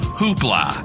Hoopla